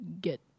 get